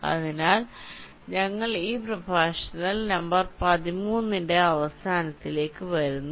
അതിനാൽ ഞങ്ങൾ ഈ പ്രഭാഷണ നമ്പർ 13 ന്റെ അവസാനത്തിലേക്ക് വരുന്നു